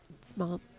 small